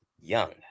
young